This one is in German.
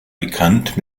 bekannt